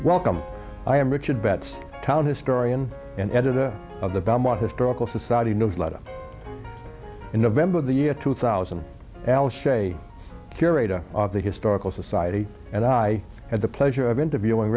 welcome i am richard betts town historian and editor of the belmont historical society no let up in november the year two thousand alice shea curator of the historical society and i had the pleasure of interviewing